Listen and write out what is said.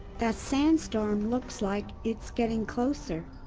that sandstorm looks like it's getting closer!